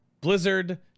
Blizzard